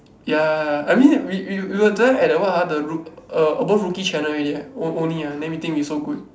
ya I mean we we we were there at the what ah roo~ err above rookie channel already only leh o~ only ah then we think we so good